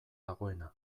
dagoena